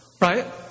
right